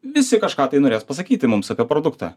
visi kažką tai norės pasakyti mums apie produktą